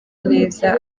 neza